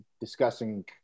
discussing